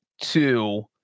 two